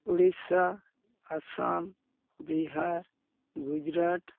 Odisha Assam Bihar Gujarat